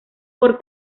por